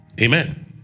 Amen